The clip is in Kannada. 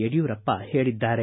ಯಡಿಯೂರಪ್ಪ ಹೇಳಿದ್ದಾರೆ